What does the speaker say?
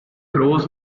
grows